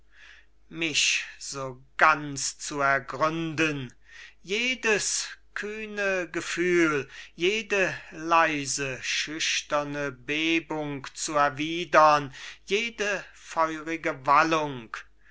mich so ganz zu ergründen jedes kühne gefühl jede leise schüchterne bebung zu erwiedern jede feurige wallung an